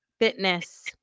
fitness